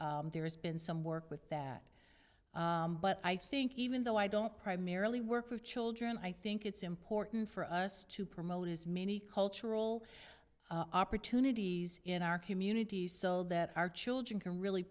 family there has been some work with that but i think even though i don't primarily work with children i think it's important for us to promote as many cultural opportunities in our communities so that our children can really